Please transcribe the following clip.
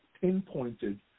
pinpointed